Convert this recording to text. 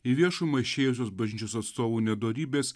į viešumą išėjusios bažnyčios atstovų nedorybės